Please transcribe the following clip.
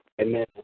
Amen